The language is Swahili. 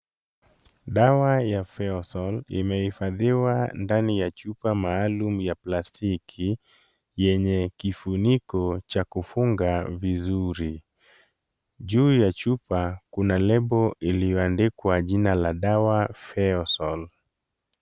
Dawa ya Feosol imehifadhiwa ndani ya chupa maalum ya plastiki yenye kifuniko cha kufunga vizuri .Juu ya chupa, kuna lebo iliyoandikwa jina ya dawa Feosol.